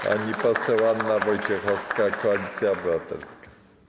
Pani poseł Anna Wojciechowska, Koalicja Obywatelska.